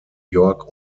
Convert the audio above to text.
york